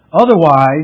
Otherwise